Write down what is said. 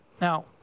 now